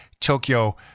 Tokyo